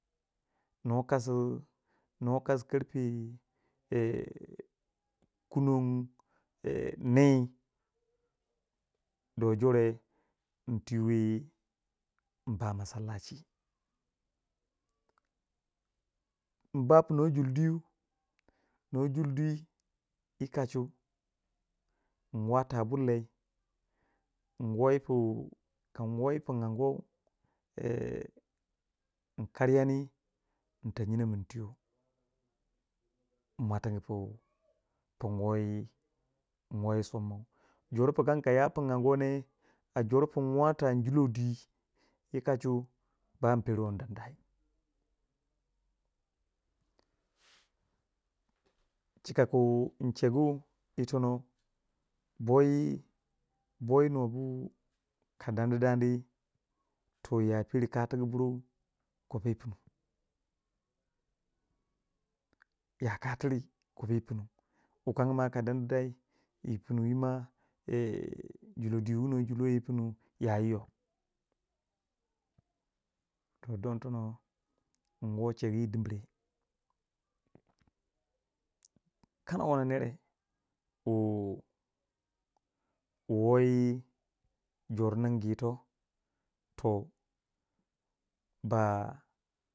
nuwa kasu nuwa kasi karfe kuno, ni, doh jore n twiwe mba masallachi mba pu nuwa juldi puno juldi yi kachu in wata bur lei nwoyi pu kan woyi pu yin gyanguwowe yin karyani yi ta nyinomun twiyo kan woyi kan woyi somma jor pukan ka ya pun anyi neh jor pun wata njulo dwi yi kachu ban pero ndandai, chika kun chegu itono bo yi bo yi nuwa bu ka dan di dani toh ya peri katigu buru kopu yi pinu. ya ka tiri kobo yi pinu, bu kange ma ka dandi dai julo dwi wu nuwa julo yi pinu ya yi yo, toh don tono nwo chegu yi dimire, kanawono nere wu wu woyi jor ningu yi to ba.